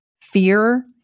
fear